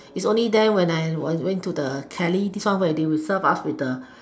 is only then when I went to the kelly this one where they would serve us with the